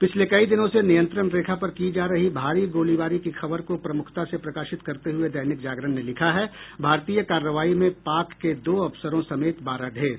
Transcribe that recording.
पिछले कई दिनों से नियंत्रण रेखा पर की जा रही भारी गोलीबारी की खबर को प्रमुखता से प्रकाशित करते हुये दैनिक जागरण ने लिखा है भारतीय कार्रवाई में पाक के दो अफसरों समेत बारह ढेर